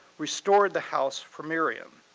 restored the house for miriam,